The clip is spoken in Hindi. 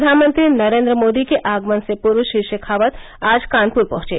प्रधानमंत्री नरेंद्र मोदी के आगमन से पूर्व श्री शेखावत आज कानपुर पहुंचे